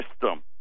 system